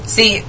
See